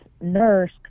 nurse